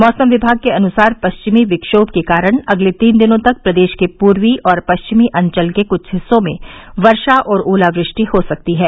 मौसम विभाग के अनुसार पश्चिमी विक्वोम के कारण अगले तीन दिनों तक प्रदेश के पूर्वी और पश्चिमी अंचल के कुछ हिस्सों में वर्षा और ओलावृष्टि हो सकती है